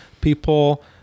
people